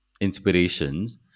inspirations